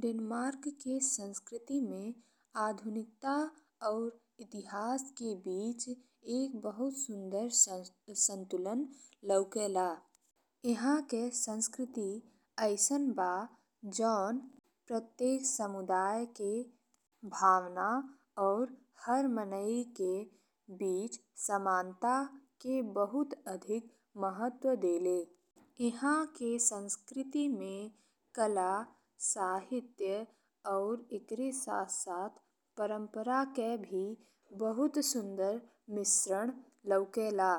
Denmark के संस्कृति में आधुनिकता और इतिहास के बीच एक बहुत सुंदर संतुलन लाउकला। इहाँ के संस्कृति अइसन बा जौन प्रत्येक समुदाय के भावना और हर माने के बीच समानता के बहुत अधिक महत्व देले। इहाँ के संस्कृति में कला, साहित्य और एकरे साथ-साथ परंपरा के भी बहुत सुंदर मिश्रण लाउकला।